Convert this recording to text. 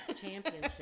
championship